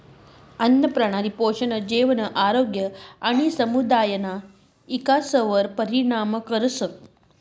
आन्नप्रणाली पोषण, जेवण, आरोग्य आणि समुदायना इकासवर परिणाम करस